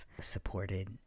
supported